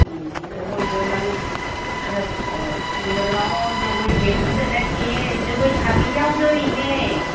ꯎꯝ ꯖꯒꯣꯏꯗꯣ ꯅꯪ ꯈꯔ ꯊꯨꯅ ꯂꯥꯛꯑꯣ ꯖꯒꯣꯏ ꯌꯦꯡꯕꯗ ꯅꯠꯇꯤꯌꯦ ꯖꯒꯣꯏ ꯁꯥꯕ ꯌꯥꯎꯗꯣꯔꯤꯅꯦ